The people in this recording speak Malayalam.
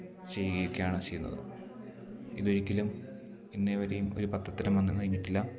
ചെയ്യുകയൊക്കെയാണ് ചെയ്യുന്നത് ഇതൊരിക്കലും ഇന്നേവരെയും ഒരു പത്രത്തിലും വന്ന് കഴിഞ്ഞിട്ടില്ല